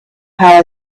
how